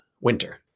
winter